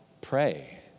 pray